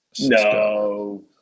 No